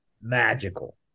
magical